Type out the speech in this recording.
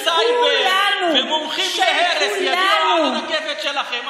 ונשק וסייבר, ומומחים להרס יביאו על הרכבת שלכם.